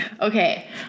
Okay